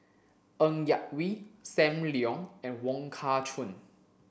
Ng Yak Whee Sam Leong and Wong Kah Chun